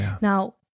Now